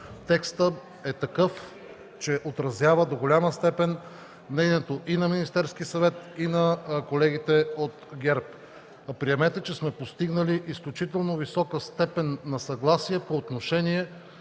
текстът е такъв, че отразява до голяма степен мнението и на Министерския съвет, и на колегите от ГЕРБ. Приемете, че сме постигнали изключително висока степен на съгласие по отношение